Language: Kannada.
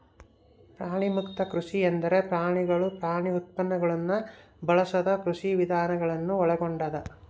ಪ್ರಾಣಿಮುಕ್ತ ಕೃಷಿ ಎಂದರೆ ಪ್ರಾಣಿಗಳು ಪ್ರಾಣಿ ಉತ್ಪನ್ನಗುಳ್ನ ಬಳಸದ ಕೃಷಿವಿಧಾನ ಗಳನ್ನು ಒಳಗೊಂಡದ